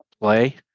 play